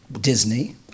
Disney